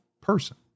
person